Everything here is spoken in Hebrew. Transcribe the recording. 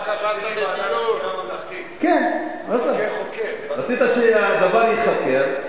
למה, ועדת חקירה ממלכתית, כן, רצית שהדבר ייחקר,